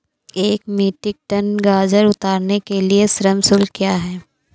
एक metric tonne गाजर उतारने के लिए श्रम शुल्क क्या है?